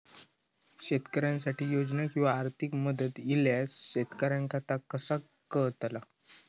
शेतकऱ्यांसाठी योजना किंवा आर्थिक मदत इल्यास शेतकऱ्यांका ता कसा कळतला?